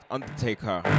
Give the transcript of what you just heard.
Undertaker